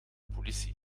politie